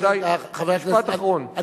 חבר הכנסת, משפט אחרון.